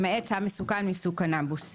למעט סם מסוכן מסוג "קנבוס".